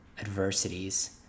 adversities